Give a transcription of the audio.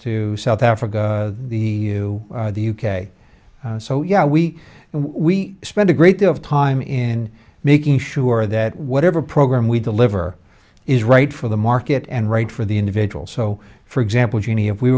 to south africa the new the u k so yeah we we spend a great deal of time in making sure that whatever program we deliver is right for the market and right for the individual so for example genie if we